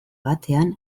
batean